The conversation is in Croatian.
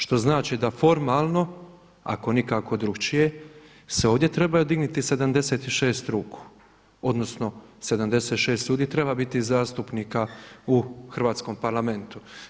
Što znači da formalno ako nikako drukčije se ovdje trebaju dignuti 76 ruku, odnosno 76 ljudi, treba biti zastupnika u Hrvatskom parlamentu.